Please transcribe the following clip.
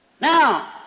Now